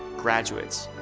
graduates,